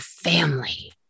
family